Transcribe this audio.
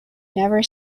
never